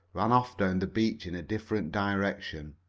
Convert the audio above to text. ran off down the beach in a different direction.